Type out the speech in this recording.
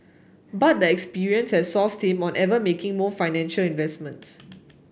but the experience has soured him on ever making more financial investments